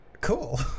cool